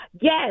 yes